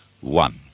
one